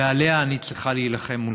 ועליה אני צריכה להילחם מולכם.